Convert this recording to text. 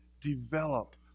develop